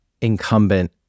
incumbent